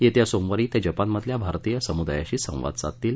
येत्य सोमवारी ते जपानमधल्या भारतीय समुदायाशी संवाद साधतील